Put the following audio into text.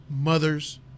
Mothers